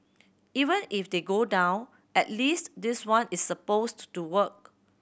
even if they go down at least this one is supposed to work